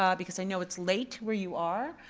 um because i know it's late where you are,